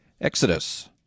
Exodus